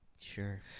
Sure